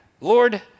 Lord